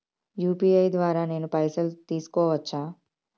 UPI ద్వారా నేను పైసలు తీసుకోవచ్చా?